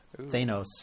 Thanos